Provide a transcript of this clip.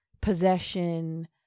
possession